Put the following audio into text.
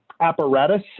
apparatus